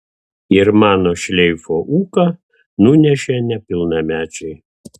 ir mano šleifo ūką nunešė nepilnamečiai